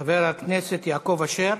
חבר הכנסת יעקב אשר,